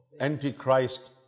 Antichrist